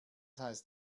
heißt